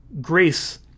grace